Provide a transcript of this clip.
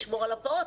לשמור על הפעוט,